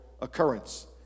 occurrence